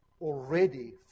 already